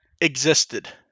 existed